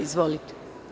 Izvolite.